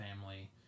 family